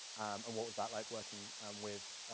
and what was that like working with?